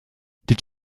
did